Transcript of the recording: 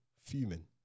Fuming